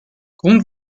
grund